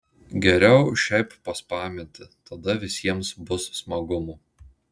geriau šiaip paspaminti tada visiems bus smagumo